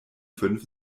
fünf